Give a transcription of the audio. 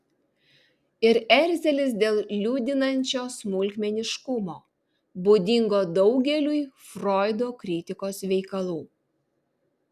ir erzelis dėl liūdinančio smulkmeniškumo būdingo daugeliui froido kritikos veikalų